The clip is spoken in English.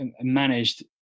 managed